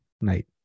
night